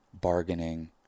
bargaining